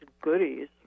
goodies